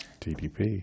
TDP